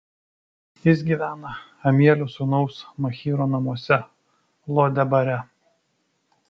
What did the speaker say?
jis gyvena amielio sūnaus machyro namuose lo debare